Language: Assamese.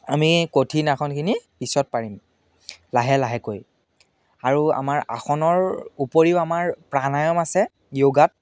আমি কঠিন আসনখিনি পিছত পাৰিম লাহে লাহেকৈ আৰু আমাৰ আসনৰ উপৰিও আমাৰ প্ৰাণায়াম আছে যোগাত